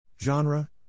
Genre